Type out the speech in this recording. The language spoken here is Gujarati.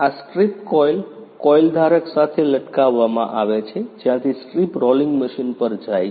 આ સ્ટ્રીપ કોઇલ કોઇલ ધારક સાથે લટકાવવામાં આવે છે જ્યાંથી સ્ટ્રીપ રોલિંગ મશીન પર જાય છે